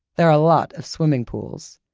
there are a lot of swimming pools.